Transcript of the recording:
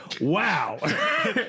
Wow